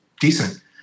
decent –